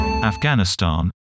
Afghanistan